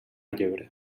llebre